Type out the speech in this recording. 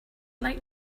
like